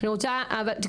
עושה